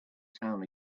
town